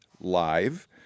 live